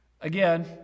Again